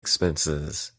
expenses